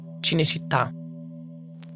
Cinecittà